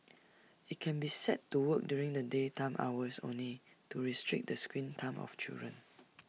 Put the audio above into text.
IT can be set to work during the daytime hours only to restrict the screen time of children